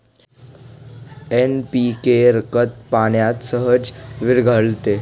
NPK खत पाण्यात सहज विरघळते